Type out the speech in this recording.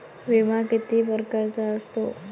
बिमा किती परकारचा असतो?